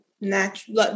natural